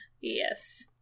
Yes